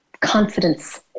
confidence